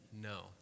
No